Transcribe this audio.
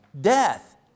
Death